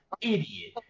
idiot